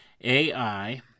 AI